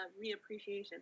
re-appreciation